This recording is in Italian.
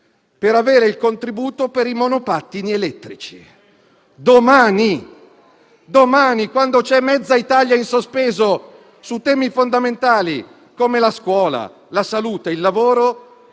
per avere il contributo per i monopattini elettrici. Domani, con mezza Italia in sospeso su temi fondamentali come la scuola, la salute e il lavoro,